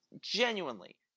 genuinely